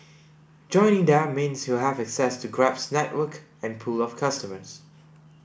joining them means you'll have access to Grab's network and pool of customers